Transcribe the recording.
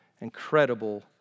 Incredible